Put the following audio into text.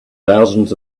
thousands